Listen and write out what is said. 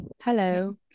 Hello